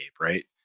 right